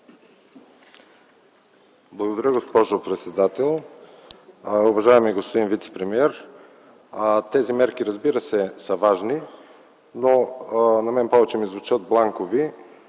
Благодаря, госпожо председател. Уважаеми господин вицепремиер, тези мерки, разбира се, са важни, но на мен повече ми звучат бланкови,